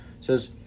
says